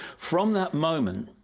from that moment,